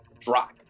drop